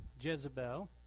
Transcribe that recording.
Jezebel